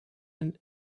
and